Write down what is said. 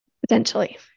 potentially